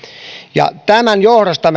ja tämän johdosta